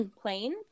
plain